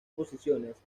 posiciones